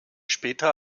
später